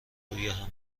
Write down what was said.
رویهم